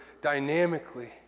dynamically